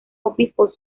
obispos